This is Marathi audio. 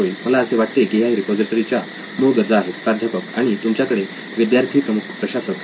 मला असे वाटते की ह्या रिपॉझिटरी च्या मूळ गरजा आहेत प्राध्यापक आणि तुमच्याकडे विद्यार्थी प्रमुख प्रशासक आहे का